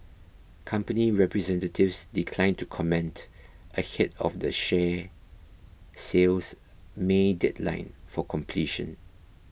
company representatives declined to comment ahead of the share sale's May deadline for completion